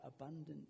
abundant